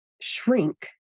shrink